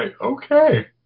Okay